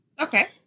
Okay